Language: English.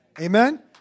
Amen